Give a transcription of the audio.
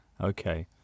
Okay